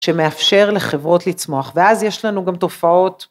שמאפשר לחברות לצמוח ואז יש לנו גם תופעות.